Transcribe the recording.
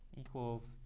equals